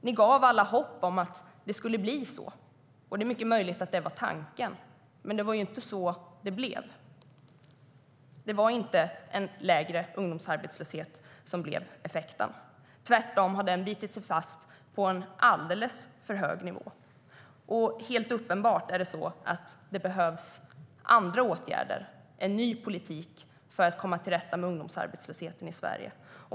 Ni gav alla hopp om att det skulle bli så, och det är mycket möjligt att det var tanken. Men det var inte så det blev. Det var inte en lägre ungdomsarbetslöshet som blev effekten. Tvärtom har ungdomsarbetslösheten bitit sig fast på en alldeles för hög nivå. Helt uppenbart är det så att det behövs andra åtgärder och en ny politik för att komma till rätta med ungdomsarbetslösheten i Sverige.